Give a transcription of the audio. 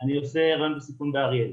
אני עושה היריון בסיכון באריאל,